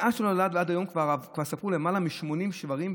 מאז שהוא נולד ועד היום כבר ספרו למעלה מ-80 שברים,